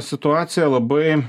situacija labai